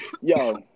Yo